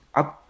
up